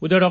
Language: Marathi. उद्या डॉ